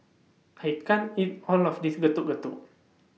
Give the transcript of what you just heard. I can't eat All of This Getuk Getuk